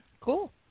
Cool